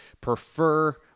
prefer